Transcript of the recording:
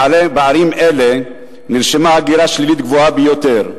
בערים אלה נרשמה הגירה שלילית גבוהה ביותר.